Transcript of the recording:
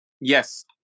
Yes